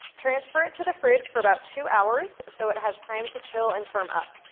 transfer it to the fridge for about two hours so it has time to chill and firm up.